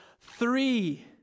three